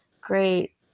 great